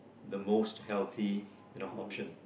the most healthy in our option